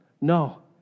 No